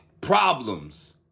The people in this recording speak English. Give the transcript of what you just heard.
Problems